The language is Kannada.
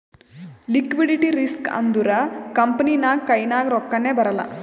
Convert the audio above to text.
ಲಿಕ್ವಿಡಿಟಿ ರಿಸ್ಕ್ ಅಂದುರ್ ಕಂಪನಿ ನಾಗ್ ಕೈನಾಗ್ ರೊಕ್ಕಾನೇ ಬರಲ್ಲ